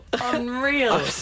Unreal